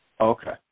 Okay